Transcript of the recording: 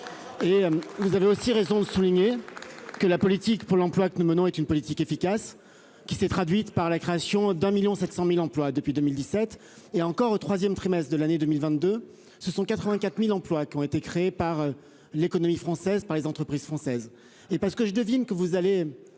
Et vous avez aussi raison de souligner que la politique pour l'emploi que nous menons est une politique efficace qui s'est traduite par la création d'1.700.000 emplois depuis 2017 et encore au 3ème trimestre de l'année 2022 ce sont 84.000 emplois qui ont été créés par l'économie française par les entreprises françaises et parce que je devine que vous allez